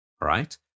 right